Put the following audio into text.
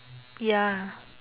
ya